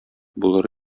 булыр